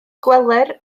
gweler